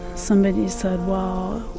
somebody said, well,